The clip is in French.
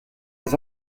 les